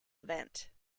event